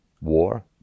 war